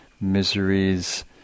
miseries